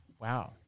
Wow